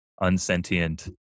unsentient